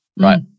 Right